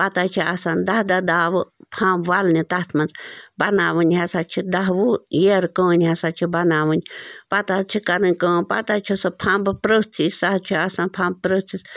پتہٕ حظ چھِ آسان دَہ دَہ دہ فمب وَلنہِ تَتھ منٛز بَناوٕنۍ ہَسا چھِ دَہ وُہ ییرٕکٲنۍ ہَسا چھِ بَناوٕنۍ پَتہٕ حظ چھِ کَرٕنۍ کٲم پتہٕ حظ چھِ سُہ فمب پٔرژھس ہِش سُہ حظ چھُ آسان فمب پٔرژھس